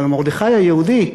אבל מרדכי היהודי,